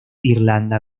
irlanda